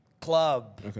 club